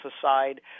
aside